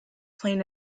playing